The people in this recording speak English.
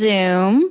Zoom